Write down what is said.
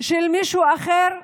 של מישהו אחר,